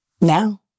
Now